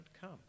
come